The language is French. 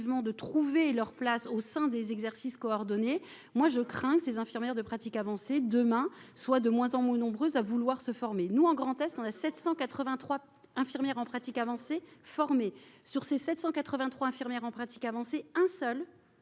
de trouver leur place au sein des exercices coordonnés moi je crains que ces infirmières de pratique avancée demain soit de moins en moins nombreux à vouloir se former nous un grand test, on a 783 infirmières en pratique avancée formés sur ces 783 infirmières en pratique avancée, un seul,